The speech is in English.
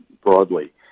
broadly